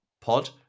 Pod